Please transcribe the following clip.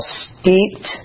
steeped